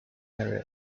area